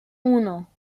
uno